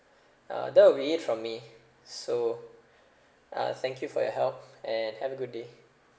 uh that will be it from me so uh thank you for your help and have a good day